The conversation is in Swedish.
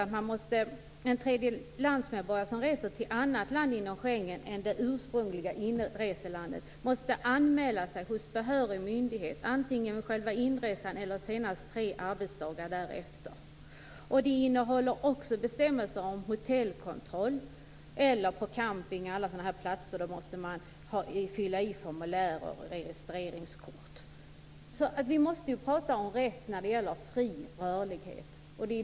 En medborgare från tredje land som reser till ett annat land inom Schengen än det ursprungliga inreselandet måste anmäla sig hos behörig myndighet. Det måste ske antingen vid själva inresan eller senast tre arbetsdagar därefter. Det finns också bestämmelser om kontroll av hotell och camping. Formulär och registreringskort måste fyllas i. Vi måste tala om rätt saker i fråga om fri rörlighet.